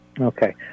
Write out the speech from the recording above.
Okay